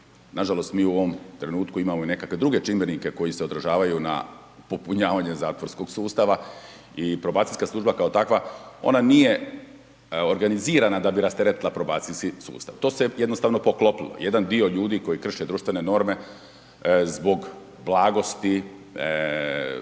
Nažalost mi u ovom trenutku imamo i nekakve druge čimbenike koji se odražavaju na popunjavanje zatvorskog sustava i probacijska služba kao takva ona nije organizirana da bi rasteretila probacijski sustav. To se jednostavno poklopilo. Jedan dio ljudi koji krše društvene norme zbog blagosti,